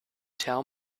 tell